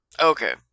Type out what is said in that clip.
Okay